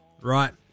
right